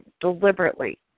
deliberately